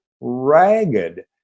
ragged